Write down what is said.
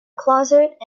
closet